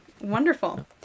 wonderful